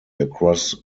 across